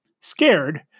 Scared